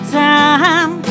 time